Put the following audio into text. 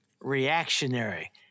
reactionary